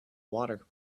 water